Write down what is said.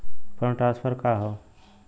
Fund transfer का हव?